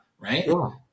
right